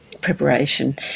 preparation